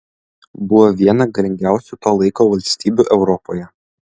buvo viena galingiausių to laiko valstybių europoje